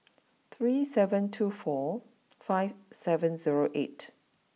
three seven two four five seven zero eight